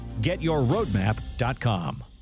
getyourroadmap.com